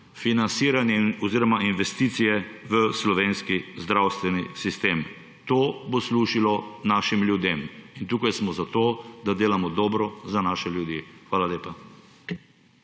financiranje oziroma investicije v slovenski zdravstveni sistem. To bo služilo našim ljudem. In tukaj smo zato, da delamo dobro za naše ljudi. Hvala lepa.